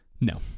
no